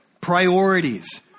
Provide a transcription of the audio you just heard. priorities